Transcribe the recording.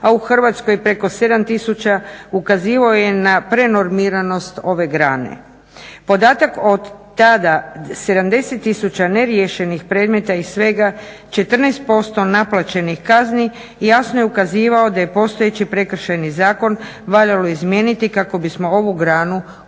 a u Hrvatskoj preko 7000 ukazivao je na prenormiranost ove grane. Podatak od tada 70000 neriješenih predmeta i svega 14% naplaćenih kazni jasno je ukazivao da je postojeći Prekršajni zakon valjalo izmijeniti kako bismo ovu granu učinili